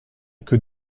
que